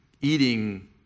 eating